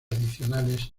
adicionales